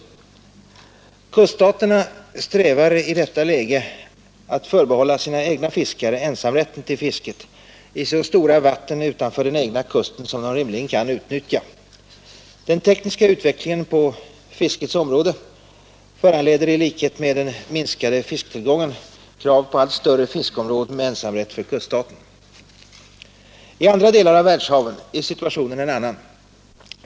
Kuststaterna strävar i detta läge att förbehålla sina egna fiskare ensamrätten till fisket i så stora vatten utanför den egna kusten som de rimligen kan utnyttja. Den tekniska utvecklingen på fiskets område föranleder i likhet med den minskade fisktillgången krav på allt större fiskeområden med ensamrätt för kuststaten. I andra delar av världshaven är situationen en annan.